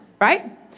right